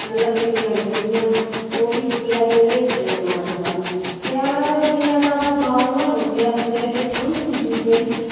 लकड़ियां लेई औनियां ओह्बी चीडां दियां लकडियां कन्नै अग्ग बालनी सेआले दे दिनें ते असें अग्ग बालना गै बालना कियां के ठंड होंदी बड़ी